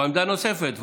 זו עמדה נוספת.